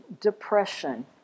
depression